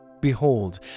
Behold